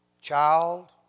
child